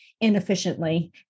inefficiently